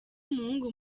umuhungu